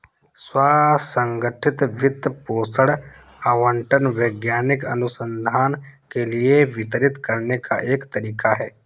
स्व संगठित वित्त पोषण आवंटन वैज्ञानिक अनुसंधान के लिए धन वितरित करने का एक तरीका हैं